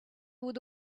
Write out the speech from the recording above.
would